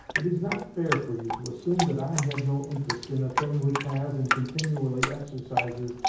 it is not fair for you to assume that i have no interest in a thing which has, and continually exercises,